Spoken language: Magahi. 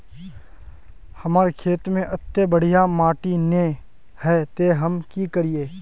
हमर खेत में अत्ते बढ़िया माटी ने है ते हम की करिए?